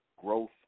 growth